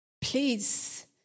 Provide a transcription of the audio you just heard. Please